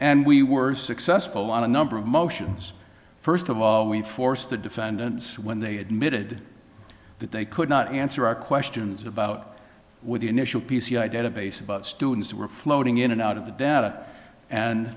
and we were successful on a number of motions first of all we forced the defendants when they admitted that they could not answer our questions about what the initial p c i database of students were floating in and out of the data and